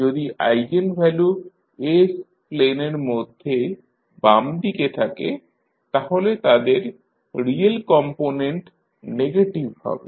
যদি eigenvalue s plane এর মধ্যে বাম দিকে থাকে তাহলে তাদের রিয়েল কম্পোনেন্ট নেগেটিভ হবে